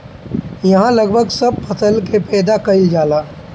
इहा लगभग सब फसल के पैदा कईल जाला